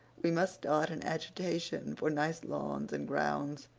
we must start an agitation for nice lawns and grounds.